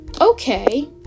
Okay